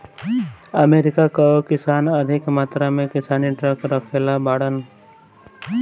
America कअ किसान अधिका मात्रा में किसानी ट्रक रखले बाड़न